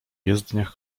jezdniach